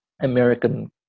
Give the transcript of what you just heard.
American